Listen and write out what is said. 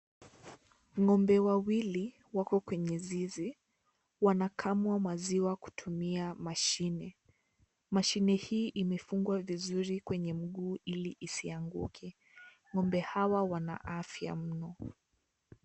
Ng'ombe wawili wako kwenye zizi, wanakamuliwa maziwa kutumia mashine. Mashine hii imefungwa vizuri kwenye mguu ili isianguke. Ng'ombe hawa wana afya mno.